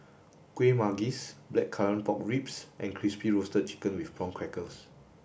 kueh manggis blackcurrant pork ribs and crispy roasted chicken with prawn crackers